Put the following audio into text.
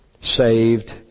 saved